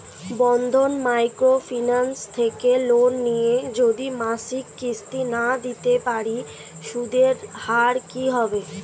বন্ধন micro finance থেকে loan নিয়ে যদি মাসিক কিস্তি না দিতে পারি সুদের হার কি হবে?